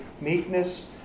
meekness